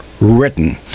written